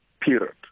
period